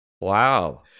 wow